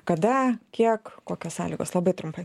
kada kiek kokios sąlygos labai trumpai